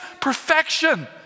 perfection